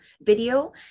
video